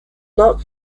not